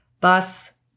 bus